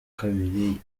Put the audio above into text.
kabiri